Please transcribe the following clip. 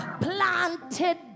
planted